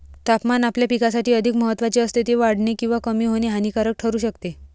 तापमान आपल्या पिकासाठी अधिक महत्त्वाचे असते, ते वाढणे किंवा कमी होणे हानिकारक ठरू शकते